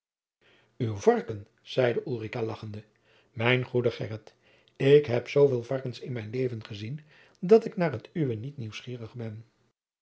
uw varken zeide ulrica lagchende mijn goede gheryt ik heb zooveel varkens in mijn leven gezien dat ik naar het uwe niet nieuwsgierig ben